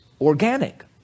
organic